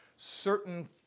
certain